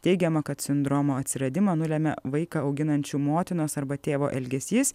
teigiama kad sindromo atsiradimą nulemia vaiką auginančių motinos arba tėvo elgesys